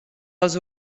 als